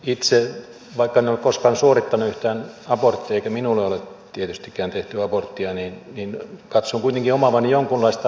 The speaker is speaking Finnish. itse vaikka en ole koskaan suorittanut yhtään aborttia eikä minulle ole tietystikään tehty aborttia katson kuitenkin omaavani jonkinlaista asiantuntemusta